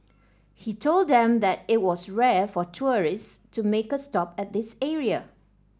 he told them that it was rare for tourists to make a stop at this area